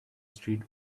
street